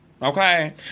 Okay